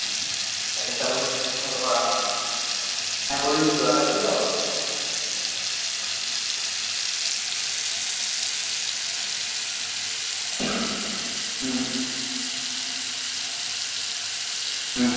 কাজের চাপে দেখা সাক্ষাৎও করা হয়নি হ্যাঁ বলুন কিছু দরকার ছিল হুম হুম